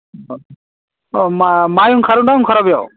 अ अ माइ ओंखारो ना ओंखारा बेयाव